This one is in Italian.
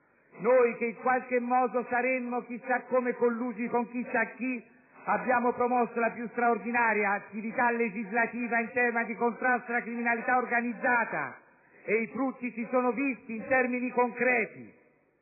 Noi, che in qualche modo saremmo chissà come collusi con chissà chi, abbiamo promosso la più straordinaria attività legislativa in tema di contrasto alla criminalità organizzata, e i frutti si sono visti in termini concreti.